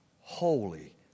Holy